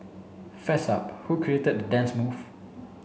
fess up who created dance move